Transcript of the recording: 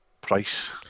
price